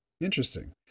Interesting